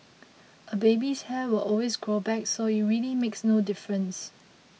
a baby's hair will always grow back so it really makes no difference